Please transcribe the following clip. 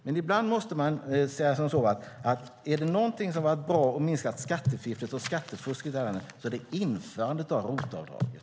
Men ibland måste man säga att om det är någonting som har varit bra och minskat skattefifflet och skattefusket i detta land så är det införandet av ROT-avdraget.